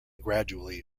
gradually